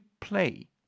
play